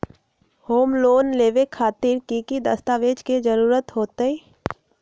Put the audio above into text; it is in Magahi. होम लोन लेबे खातिर की की दस्तावेज के जरूरत होतई?